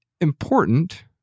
important